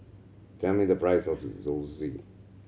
tell me the price of Zosui